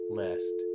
lest